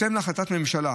בהתאם להחלטת ממשלה,